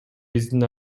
биздин